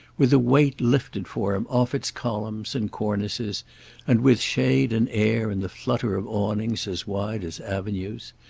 with a weight lifted for him off its columns and cornices and with shade and air in the flutter of awnings as wide as avenues.